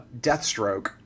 Deathstroke